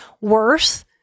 worth